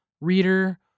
reader